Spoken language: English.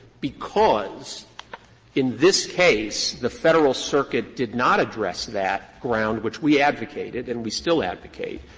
because in this case the federal circuit did not address that ground which we advocated and we still advocate,